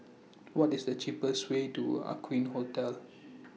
What IS The cheapest Way to Aqueen Hotel